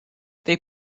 they